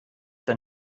der